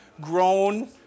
grown